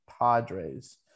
Padres